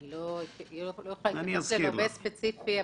אני לא יכולה להתייחס ללווה ספציפי,